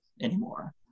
anymore